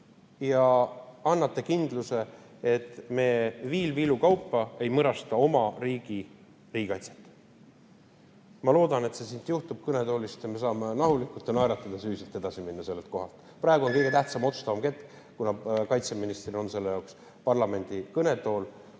ja annate kindluse, et me viil viilu kaupa ei mõrasta oma riigikaitset. Ma loodan, et see juhtub siin kõnetoolis ja me saame rahulikult ja naeratades ühiselt edasi minna. Praegu on kõige tähtsam ja otsustavam hetk, kuna kaitseministril on selle jaoks parlamendi kõnetool.